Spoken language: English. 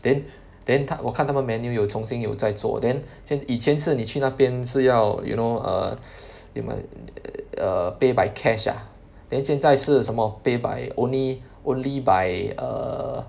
then then 它我看它们的 menu 有重新有再做 then 现以前是你去那边是要 you know err you must err pay by cash ah then 现在是什么 pay by only only by err